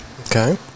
Okay